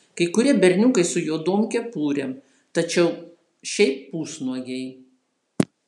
kai kurie berniukai su juodom kepurėm tačiau šiaip pusnuogiai